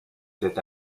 cet